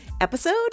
episode